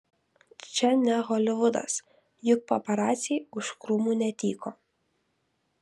čia ne holivudas juk paparaciai už krūmų netyko